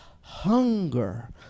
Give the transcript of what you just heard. hunger